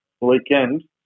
weekend